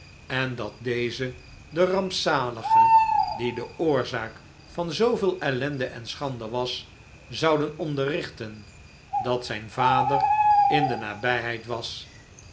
en dat deze den rampzalige die de oorzaak van zooveel ellende en schande was zouden onderrichten dat zijn vader in de nabijheid was